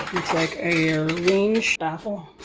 like a range baffle,